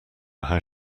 how